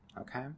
okay